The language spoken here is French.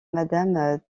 madame